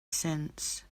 since